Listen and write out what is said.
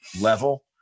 level